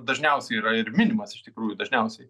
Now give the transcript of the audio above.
dažniausiai yra ir minimas iš tikrųjų dažniausiai